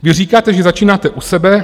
Vy říkáte, že začínáte u sebe.